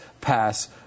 pass